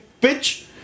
pitch